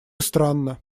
странно